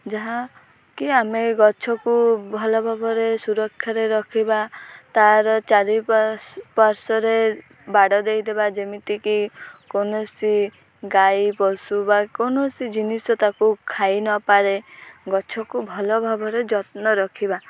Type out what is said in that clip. ଯାହାକିି ଆମେ ଗଛକୁ ଭଲ ଭାବରେ ସୁରକ୍ଷାରେ ରଖିବା ତାର ଚାରିପାର୍ଶ୍ୱରେ ବାଡ଼ ଦେଇଦେବା ଯେମିତିକି କୌଣସି ଗାଈ ପଶୁ ବା କୌଣସି ଜିନିଷ ତାକୁ ଖାଇ ନପାରେ ଗଛକୁ ଭଲ ଭାବରେ ଯତ୍ନ ରଖିବା